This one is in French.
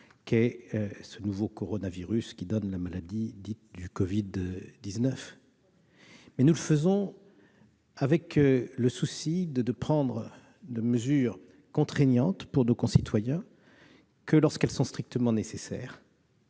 qu'est ce nouveau coronavirus, qui donne la maladie dite du Covid-19. Nous le sommes avec le souci de ne prendre des mesures contraignantes pour nos concitoyens que lorsqu'elles sont strictement nécessaires,